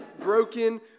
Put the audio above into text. broken